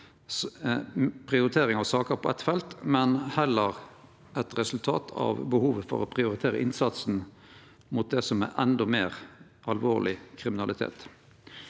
prioritering av saker på eit felt, men heller eit resultat av behovet for å prioritere innsatsen mot det som er endå meir alvorleg kriminalitet.